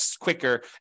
quicker